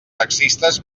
taxistes